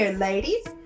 Ladies